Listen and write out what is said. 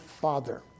father